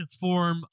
form